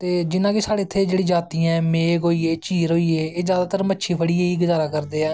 ते जियां कि साढ़े इत्थें जातियां ऐ मेघ होइये झीर होईये एह् जादातर मच्छी फड़ियै गै गज़ारा करदे ऐं